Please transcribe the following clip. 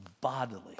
bodily